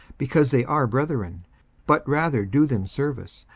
because they are brethren but rather do them service,